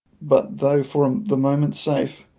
but though for the moment safe,